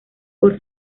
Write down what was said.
por